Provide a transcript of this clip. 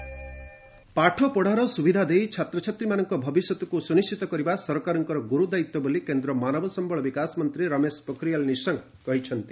UGC ସଂଶୋଧିତ ନିର୍ଦ୍ଦେଶାବଳୀ ପାଠପଢ଼ାର ସୁବିଧା ଦେଇ ଛାତ୍ରଛାତ୍ରୀମାନଙ୍କ ଭବିଷ୍ୟତକୁ ସୁନିଶ୍ଚିତ କରିବା ସରକାରଙ୍କର ଗୁରୁଦାୟିତ୍ୱ ବୋଲି କେନ୍ଦ୍ର ମାନବ ସମ୍ଘଳ ବିକାଶ ମନ୍ତ୍ରୀ ରମେଶ ପୋଖରିଆଲ୍ ନିଶଙ୍କ କହିଛନ୍ତି